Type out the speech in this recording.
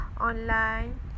online